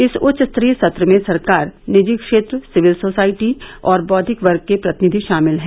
इस उच्चस्तरीय सत्र में सरकार निजी क्षेत्र सिविल सोसाइटी और बौद्विक वर्ग के प्रतिनिधि शामिल हैं